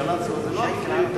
כי קלנסואה זה לא המקרה,